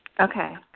Okay